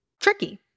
tricky